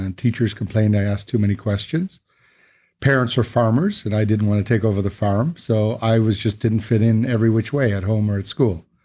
and teachers complained i asked too much many questions parents are farmers, and i didn't want to take over the farm. so i was just didn't fit in every which way, at home or at school.